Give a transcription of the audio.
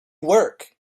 work